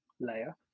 layer